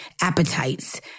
appetites